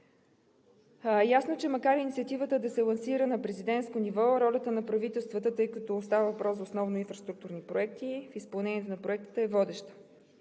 Ясно е, че макар инициативата да се лансира на президентско ниво, ролята на правителствата, тъй като става въпрос основно за инфраструктурни проекти, в изпълнението на проектите е водеща.